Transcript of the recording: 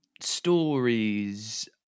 stories